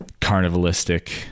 carnivalistic